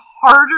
harder